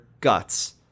Guts